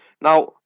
Now